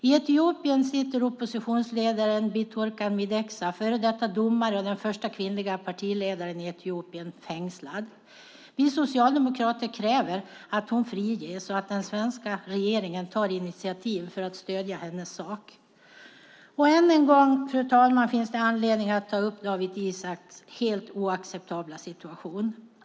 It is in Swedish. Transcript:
I Etiopien sitter oppositionsledaren Birtukan Mideksa, före detta domare och den första kvinnliga partiledaren i Etiopien, fängslad. Vi socialdemokrater kräver att hon friges och att den svenska regeringen tar initiativ för att stödja hennes sak. Än en gång, fru talman, finns det anledning att ta upp Dawit Isaaks helt oacceptabla situation.